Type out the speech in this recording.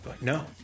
no